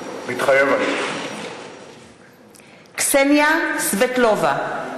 מתחייב אני קסניה סבטלובה,